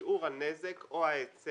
בין שיעור הנזק לבין שיעור ההיצף.